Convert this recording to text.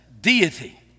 deity